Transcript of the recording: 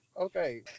okay